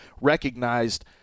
recognized